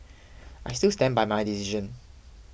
I still stand by my decision